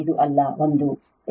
ಇದು ಅರ್ಥವಾಗುವಂತಹದ್ದಾಗಿದೆ